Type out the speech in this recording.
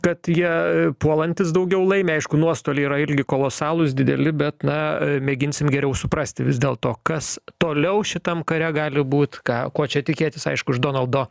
kad jie puolantys daugiau laimi aišku nuostoliai yra irgi kolosalūs dideli bet na mėginsim geriau suprasti vis dėl to kas toliau šitam kare gali būt ką ko čia tikėtis aišku iš donaldo